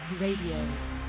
Radio